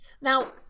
Now